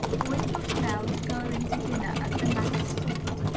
boys not allowed to go in to dinner at the massasoit,